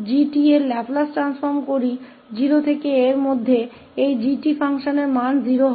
𝑔𝑡 के लाप्लास रूपान्तरण पर जाते हैं क्योंकि 0 से में फलन 𝑔𝑡 का मान 0 है